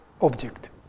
object